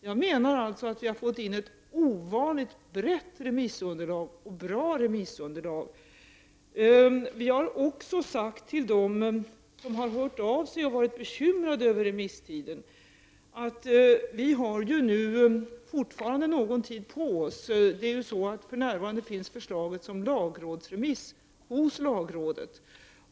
Jag menar alltså att vi har fått in ett ovanligt brett och bra remissunderlag. Till dem som har hört av sig och varit bekymrade över remisstiden har vi sagt att vi fortfarande har någon tid på oss. För närvarande finns förslaget nämligen som lagrådsremiss hos lagrådet.